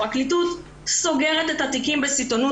הפרקליטות סוגרת את התיקים בסיטונות.